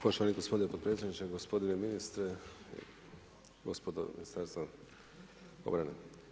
Poštovani gospodine potpredsjedniče, gospodine ministra, gospodo iz Ministarstva obrane.